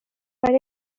per